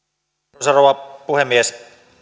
arvoisa rouva puhemies